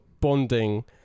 bonding